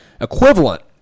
equivalent